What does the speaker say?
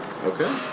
Okay